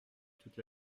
toute